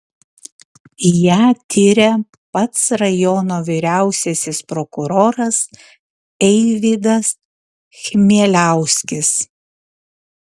ją tiria pats rajono vyriausiasis prokuroras eivydas chmieliauskis